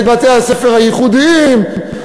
את בתי-הספר הייחודיים,